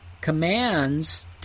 commands